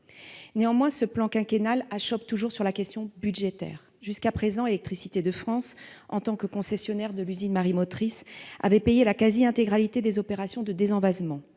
Néanmoins, ce plan quinquennal achoppe toujours sur la question budgétaire. Jusqu'à présent, Électricité de France, EDF, en tant que concessionnaire de l'usine marémotrice, avait payé la quasi-intégralité des opérations de désenvasement.